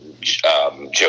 Joe